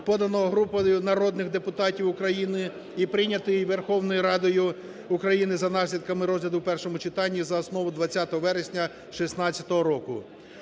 поданого групою народних депутатів України. І прийнятий Верховною Радою України за наслідками розгляду в першому читанні, за основу 20 вересня 2016 року.